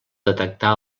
detectar